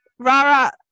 Rara